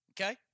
Okay